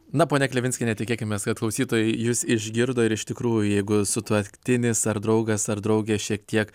na ponia klevinskiene tikėkimės kad klausytojai jus išgirdo ir iš tikrųjų jeigu sutuoktinis ar draugas ar draugė šiek tiek